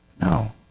No